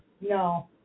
no